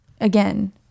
Again